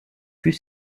fut